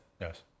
Yes